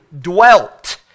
dwelt